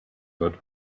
wird